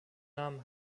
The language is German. namen